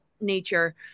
nature